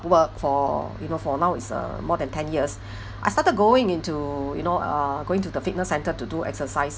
work for you know for now is uh more than ten years I started going into you know uh going to the fitness centre to do exercise